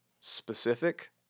specific